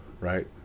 right